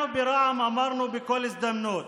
אנחנו ברע"מ אמרנו בכל הזדמנות